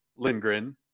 Lindgren